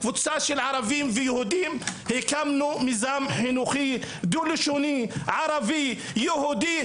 קבוצה של ערבים ויהודים הקמנו מיזם חינוכי דו לשוני ערבי יהודי,